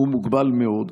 הם מוגבלים מאוד.